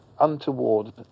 untoward